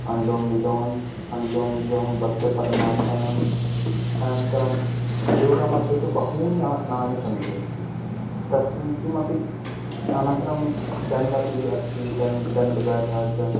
अनुलोमः विलोमः अनुलोमः विलोमः बद्धपद्मासनम् अनन्तरं योगस्य मध्ये तु बहूनि आसनानि सन्ति तस्मिन् किमपि अनन्तरं दण्डः अपि अस्ति दण्ड् दण्ड् बैठक्